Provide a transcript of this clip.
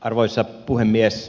arvoisa puhemies